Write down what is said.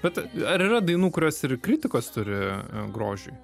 bet ar yra dainų kurios ir kritikos turi grožiui